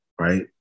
right